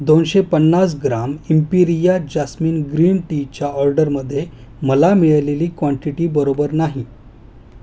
दोनशे पन्नास gram imperia jasmine green टीच्या ऑर्डरमध्ये मला मिळालेली क्वांटिटी बरोबर नाही